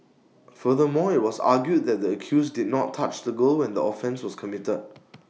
furthermore IT was argued that the accused did not touch the girl when the offence was committed